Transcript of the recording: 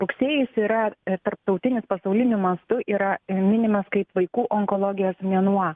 rugsėjis yra tarptautinis pasauliniu mastu yra minimas kaip vaikų onkologijos mėnuo